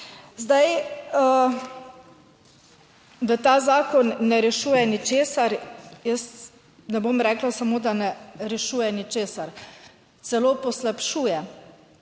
Zdaj, da ta zakon ne rešuje ničesar, jaz ne bom rekla samo, da ne rešuje ničesar, celo poslabšuje,